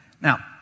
Now